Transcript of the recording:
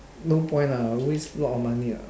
no point lah waste a lot of money lah